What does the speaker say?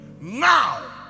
now